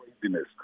craziness